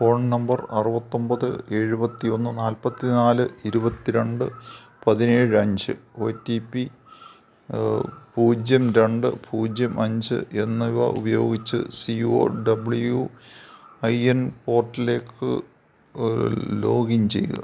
phone number അറുപത്തൊൻപത് എഴുവത്തിയൊന്ന് നാൽപ്പത്തി നാല് ഇരുപത്തി രണ്ട് പതിനേഴ് അഞ്ച് ഒ ടി പി പൂജ്യം രണ്ട് പൂജ്യം അഞ്ച് എന്നിവ ഉപയോഗിച്ച് സി ഒ ഡബ്ള്യൂ പോർട്ടിലേക്ക് ലോഗ് ഇൻ ചെയ്യുക